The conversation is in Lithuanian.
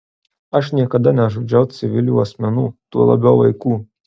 aš niekada nežudžiau civilių asmenų tuo labiau vaikų